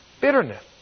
Bitterness